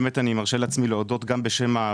באמת אני מרשה לעצמי להודות גם בשם,